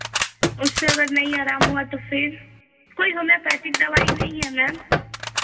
उससे अगर नहीं आराम हुआ तो फिर कोई होमियोपैथिक दवाई नहीं है मैम